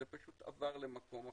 ופשוט עבר למקום אחר.